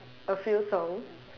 a few songs